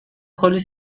کلی